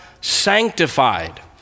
sanctified